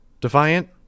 Defiant